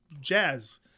jazz